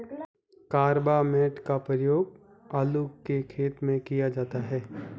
carbamate का प्रयोग आलू के खेत में किया जाता है